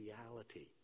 reality